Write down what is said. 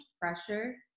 pressure